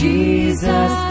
Jesus